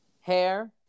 hair